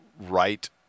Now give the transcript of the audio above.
right